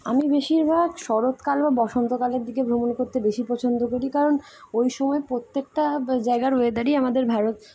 আমি বেশিরভাগ শরৎকাল বা বসন্তকালের দিকে ভ্রমণ কতে বেশি পছন্দ করি কারণ ওই সময় প্রত্যেকটা জায়গার ওয়েদারই আমাদের ভারত